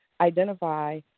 identify